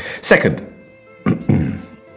Second